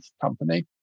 company